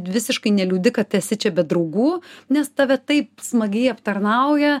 visiškai neliūdi kad esi čia be draugų nes tave taip smagiai aptarnauja